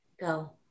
go